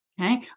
Okay